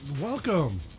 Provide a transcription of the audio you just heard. Welcome